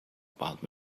about